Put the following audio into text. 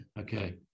Okay